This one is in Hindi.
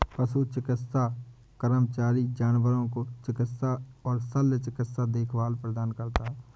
पशु चिकित्सा कर्मचारी जानवरों को चिकित्सा और शल्य चिकित्सा देखभाल प्रदान करता है